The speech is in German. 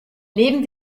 neben